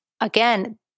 again